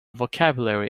vocabulary